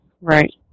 Right